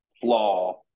flaw